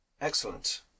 Excellent